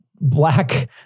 black